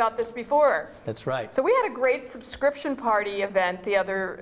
about this before that's right so we had a great subscription party event the other